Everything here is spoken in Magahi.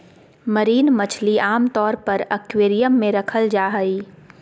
मरीन मछली आमतौर पर एक्वेरियम मे रखल जा हई